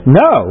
no